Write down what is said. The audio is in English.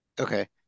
Okay